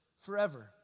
forever